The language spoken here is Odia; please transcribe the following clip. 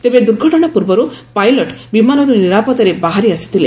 ତେବେ ଦୁର୍ଘଟଣା ପୂର୍ବରୁ ପାଇଲଟ୍ ବିମାନରୁ ନିରାପଦରେ ବାହାରି ଆସିଥିଲେ